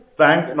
bank